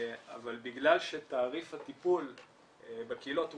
אבל בגלל שתעריף הטיפול בקהילות הוא